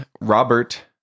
robert